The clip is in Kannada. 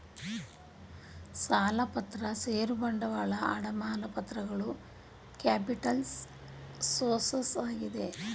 ಸಾಲಪತ್ರ ಷೇರು ಬಂಡವಾಳ, ಅಡಮಾನ ಪತ್ರಗಳು ಕ್ಯಾಪಿಟಲ್ಸ್ ಸೋರ್ಸಸ್ ಆಗಿದೆ